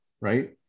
Right